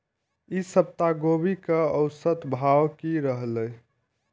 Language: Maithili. ई सप्ताह गोभी के औसत भाव की रहले?